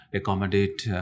accommodate